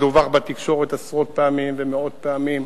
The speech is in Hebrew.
זה דווח בתקשורת עשרות פעמים ומאות פעמים,